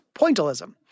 pointillism